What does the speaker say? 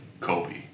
Kobe